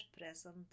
present